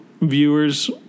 viewers